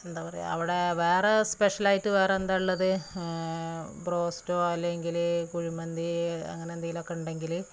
പിന്നേ എന്താ പറയുക അവിടെ വേറെ സ്പെഷ്യലായിട്ടു വേറെ എന്താ ഉള്ളത് ബ്രോസ്റ്റോ അല്ലെങ്കിൽ കുഴിമന്തി അങ്ങനെ എന്തെങ്കിലും ഒക്കെ ഉണ്ടെങ്കിൽ